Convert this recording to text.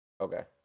Okay